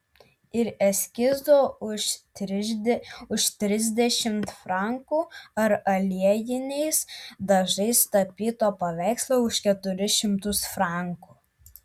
ir eskizo už trisdešimt frankų ar aliejiniais dažais tapyto paveikslo už keturis šimtus frankų